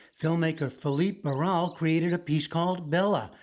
filmmaker felipe barral created a piece call bella,